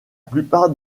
plupart